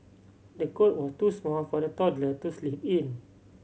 the cot was too small for the toddler to sleep in